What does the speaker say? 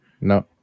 No